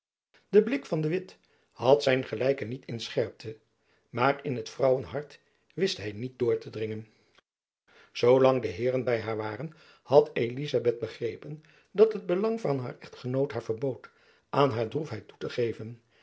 de blik van de witt had zijn gelijke niet in scherpte maar in het vrouwenhart wist hy niet door te dringen zoo lang de heeren by haar waren had elizabeth begrepen dat het belang van haar echtgenoot haar verbood aan haar droefheid toe te geven